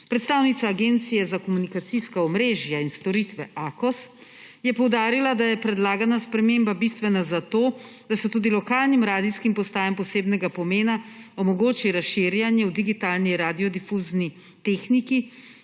Predstavnica Agencije za komunikacijska omrežja in storitev, Akos, je poudarila, da je predlagana sprememba bistvena za to, da se tudi lokalnim radijskim postajam posebnega pomena omogoči razširjanje v digitalni radiodifuzni tehniki